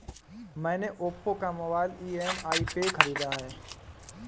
मैने ओप्पो का mobile EMI पे खरीदा है